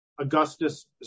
Augustus